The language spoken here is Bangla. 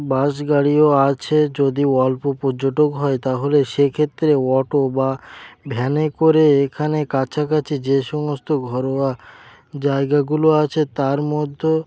বাস গাড়িও আছে যদি অল্প পর্যটক হয় তাহলে সেক্ষেত্রে অটো বা ভ্যানে করে এখানে কাছাকাছি যে সমস্ত ঘোরবার জায়গাগুলো আছে তার মধ্যে